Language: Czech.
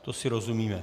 To si rozumíme?